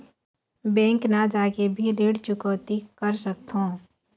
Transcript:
Bank न जाके भी ऋण चुकैती कर सकथों?